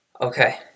Okay